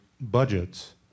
budgets